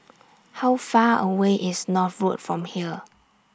How Far away IS North Road from here